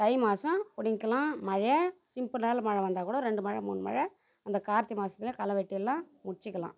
தை மாதம் பிடுங்கிக்கலாம் மழை சிம்பிளான மழை வந்தால் கூட ரெண்டு மழை மூணு மழை அந்த கார்த்திகை மாதத்துல கலை வெட்டிரலாம் முடிச்சுக்கலாம்